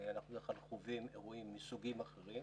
אנחנו בדרך כלל חווים אירועים מסוגים אחרים,